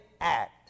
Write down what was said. act